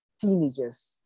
teenagers